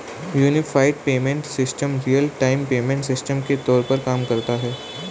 unified payment system real time payment system के तौर पर काम करता है